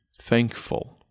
thankful